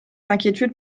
d’inquiétude